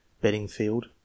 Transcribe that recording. Beddingfield